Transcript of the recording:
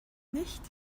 nicht